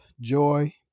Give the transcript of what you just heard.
joy